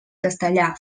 castellà